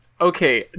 okay